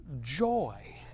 joy